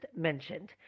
mentioned